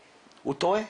הוא טועה,